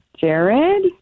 Jared